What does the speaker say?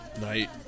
Night